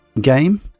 game